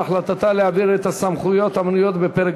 על החלטתה להעביר את הסמכויות המנויות בפרק